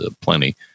plenty